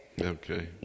Okay